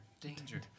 danger